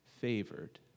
favored